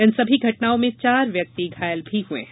इन सभी घटनाओं में चार व्यक्ति घायल भी हुए हैं